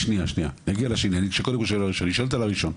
היא שואלת על הראשון.